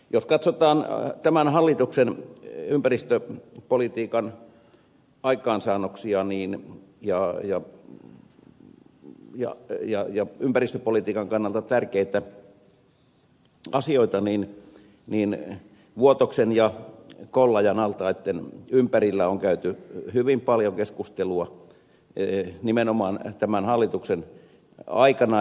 jos katsotaan tämän hallituksen ympäristöpolitiikan aikaansaannoksia ja ympäristöpolitiikan kannalta tärkeitä asioita niin vuotoksen ja kollajan altaitten ympärillä on käyty hyvin paljon keskustelua nimenomaan tämän hallituksen aikana